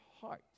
heart